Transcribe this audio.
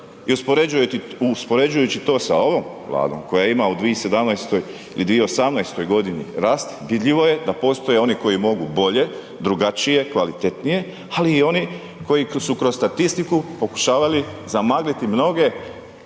I uspoređujući to sa ovom Vladom koja ima u 2017. i 2018. g. rast, vidljivo je da postoje oni koji mogu bolje, drugačije, kvalitetnije ali i oni koji su kroz statistiku pokušavali zamagliti mnoge